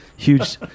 Huge